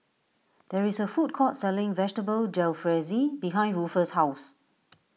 there is a food court selling Vegetable Jalfrezi behind Ruffus' house